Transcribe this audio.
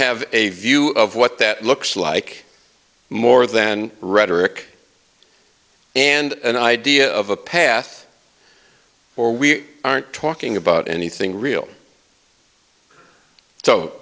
have a view of what that looks like more than rhetoric and an idea of a path or we aren't talking about anything real so